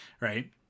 right